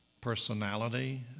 personality